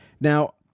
Now